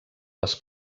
les